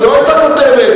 ולא היתה נותנת,